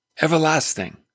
everlasting